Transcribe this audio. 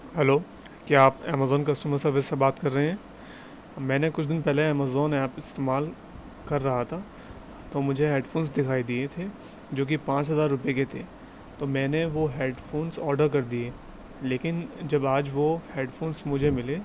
hello کیا آپ Amazon customer service سے بات کر رہے ہیں میں نے کچھ دن پہلے امیزون ایپ استعمال کر رہا تھا تو مجھے ہیڈ فونس دکھائی دیے تھے جوکہ پانچ ہزار روپئے کے تھے تو میں نے وہ ہیڈ فونس آڈر کر دیے لیکن جب آج وہ ہیڈ فونس مجھے ملے